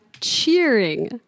cheering